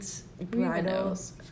Bridal's